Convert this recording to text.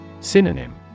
Synonym